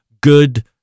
good